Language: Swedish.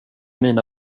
mina